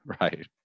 Right